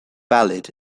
valid